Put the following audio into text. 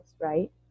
right